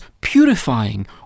purifying